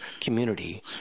community